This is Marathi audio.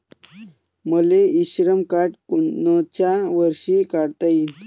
मले इ श्रम कार्ड कोनच्या वर्षी काढता येईन?